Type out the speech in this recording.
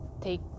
take